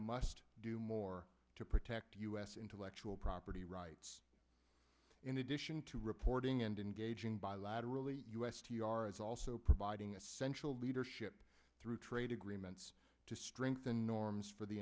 must do more to protect us intellectual property rights in addition to reporting and engaging bilaterally u s t r is also providing essential leadership through trade agreements to strengthen norms for the